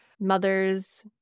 mothers